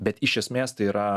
bet iš esmės tai yra